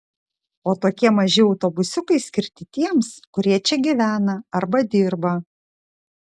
o tokie maži autobusiukai skirti tiems kurie čia gyvena arba dirba